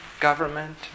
government